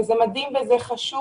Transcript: וזה מדהים וחשוב,